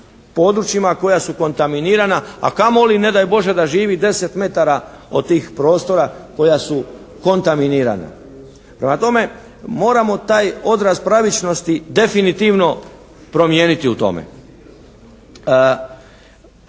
područjima koja su kontaminirana, a kamoli ne daj Bože da živi 10 metara od tih prostora koja su kontaminirana. Prema tome, moramo taj odraz pravičnosti definitivno promijeniti u tome.